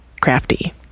crafty